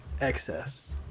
excess